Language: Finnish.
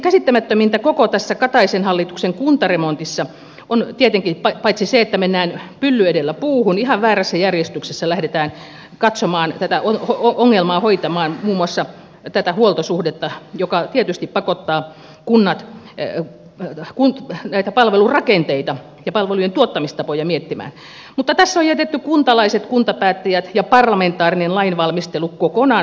käsittämättömintä koko tässä kataisen hallituksen kuntaremontissa on tietenkin paitsi se että mennään pylly edellä puuhun ihan väärässä järjestyksessä lähdetään katsomaan tätä ongelmaa hoitamaan muun muassa tätä huoltosuhdetta joka tietysti pakottaa kunnat näitä palvelurakenteita ja palvelujen tuottamistapoja miettimään myös se että tässä on jätetty kuntalaiset kuntapäättäjät ja parlamentaarinen lainvalmistelu kokonaan huomiotta